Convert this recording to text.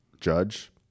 Judge